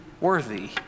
worthy